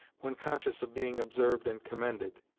when conscious of being observed and commended.